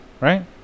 right